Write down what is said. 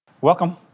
Welcome